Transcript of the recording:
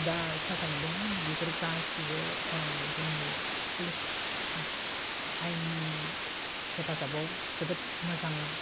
दा साजा मोनदों बेफोर गासिबो जोंनि पुलिस आयेननि हेफाजाबाव जोबोद मोजां